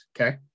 Okay